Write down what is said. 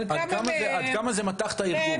עד כמה זה מתח את הארגון?